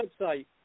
website